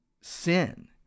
sin